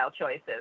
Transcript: choices